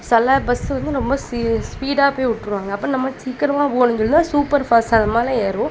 சில பஸ்ஸு வந்து ரொம்ப சீ ஸ்பீடாக போய் விட்ருவாங்க அப்போ நம்ம சீக்கிரமாக போகணும்னு சொல்லி தான் சூப்பர் ஃபாஸ்ட் அந்த மாதிரிலாம் ஏறுவோம்